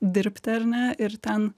dirbti ar ne ir ten